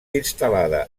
instal·lada